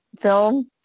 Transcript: film